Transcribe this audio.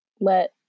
let